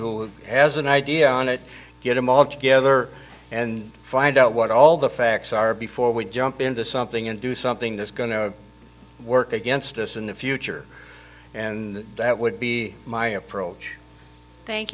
who has an idea on it get them all together and find out what all the facts are before we jump into something and do something that's going to work against us in the future and that would be my approach thank